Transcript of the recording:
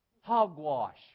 Hogwash